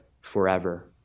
forever